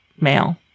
male